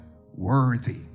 worthy